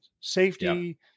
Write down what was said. safety